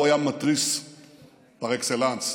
הוא מתריס פר אקסלנס,